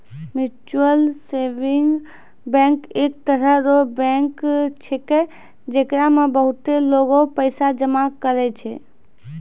mutual saving bank एक तरह रो बैंक छैकै, जेकरा मे बहुते लोगें पैसा जमा करै छै